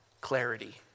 clarity